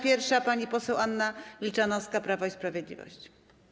Pierwsza pani poseł Anna Milczanowska, Prawo i Sprawiedliwość.